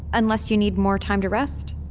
unless you need more time to rest?